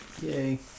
Yay